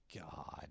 god